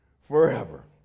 forever